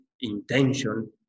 intention